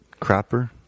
crapper